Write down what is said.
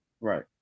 Right